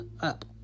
up